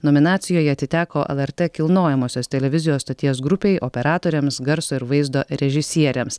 nominacijoje atiteko lrt kilnojamosios televizijos stoties grupei operatoriams garso ir vaizdo režisieriams